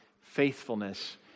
faithfulness